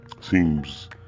seems